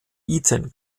eton